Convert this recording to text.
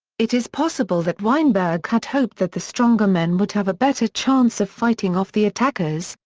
it is possible that weinberg had hoped that the stronger men would have a better chance of fighting off the attackers,